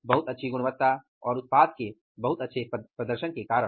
बहुत अच्छी गुणवत्ता और उत्पाद के बहुत अच्छे प्रदर्शन के कारण